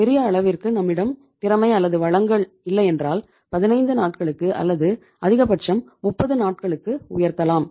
பெரிய அளவிற்கு நம்மிடம் திறமை அல்லது வளங்கள் இல்லையென்றால் 15 நாட்களுக்கு அல்லது அதிகபட்சம் 30 நாட்களுக்கு உயர்த்தலாம்